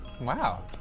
wow